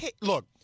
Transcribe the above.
Look